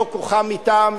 מלוא כוחם אתם,